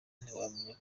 ntiwamenya